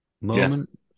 moment